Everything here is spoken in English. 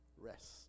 Rest